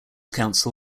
council